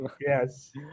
Yes